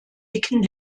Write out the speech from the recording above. dicken